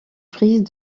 frise